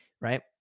Right